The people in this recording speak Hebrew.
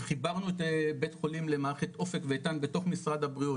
חיברנו את בית החולים למערכת אופן ואיתן בתוך משרד הבריאות,